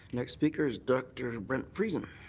next speaker is dr. brent friesen.